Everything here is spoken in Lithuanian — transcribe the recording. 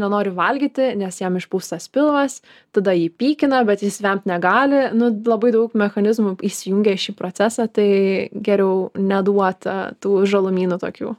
nenori valgyti nes jam išpūstas pilvas tada jį pykina bet jis vemt negali nu labai daug mechanizmų įsijungia į šį procesą tai geriau neduot tų žalumynų tokių